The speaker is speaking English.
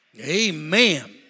Amen